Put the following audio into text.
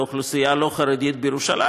לאוכלוסייה הלא-חרדית בירושלים.